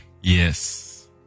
Yes